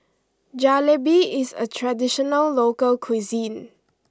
Jalebi is a traditional local cuisine